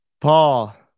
Paul